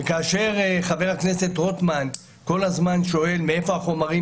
וכאשר חבר הכנסת רוטמן כל הזמן שואל "מאיפה החומרים?